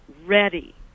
ready